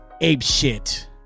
apeshit